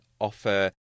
offer